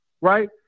Right